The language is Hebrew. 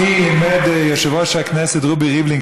אותי לימד יושב-ראש הכנסת רובי ריבלין,